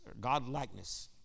godlikeness